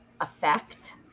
effect